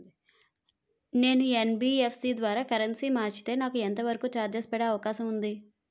నేను యన్.బి.ఎఫ్.సి ద్వారా కరెన్సీ మార్చితే నాకు ఎంత వరకు చార్జెస్ పడే అవకాశం ఉంది?